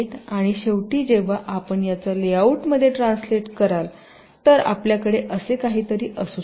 आणि शेवटी जेव्हा आपण याचा लेआउटमध्ये ट्रान्सलेट कराल तर आपल्याकडे असे काहीतरी असू शकते